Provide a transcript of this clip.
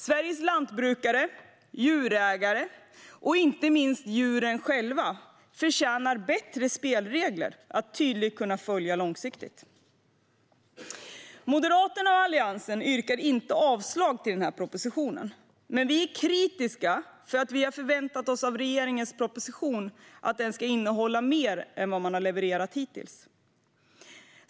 Sveriges lantbrukare, djurägare och inte minst djuren själva förtjänar bättre och tydligare spelregler att långsiktigt kunna följa. Moderaterna och Alliansen yrkar inte avslag på propositionen, men vi är kritiska därför att vi har förväntat oss mer av regeringens propositioner än vad man har levererat hittills.